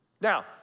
Now